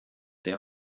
der